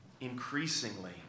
increasingly